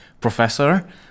professor